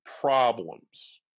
problems